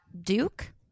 Duke